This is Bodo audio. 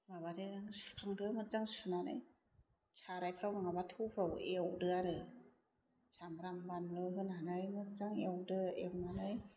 माबादो सुखांदो मोजां सुनानै सारायफ्राव नङाबा थौफ्राव एवदो आरो सामब्राम बानलु होन्नानै मोजां एवनानै एवदो एवनानै